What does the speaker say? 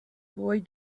boy